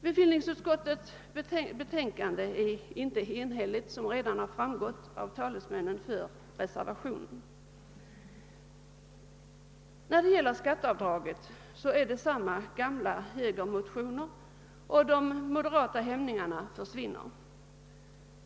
Bevillningsutskottets betänkande är inte enhälligt något som redan framgått av vad talesmännen för reservationen anfört. När det gäller skatteavdraget kan sägas att det är fråga om samma gamla högermotioner; de >»moderata« hämningarna försvinner.